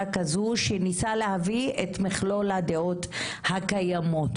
כזו שניסה להביא את מכלול הדעות הקיימות.